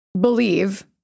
believe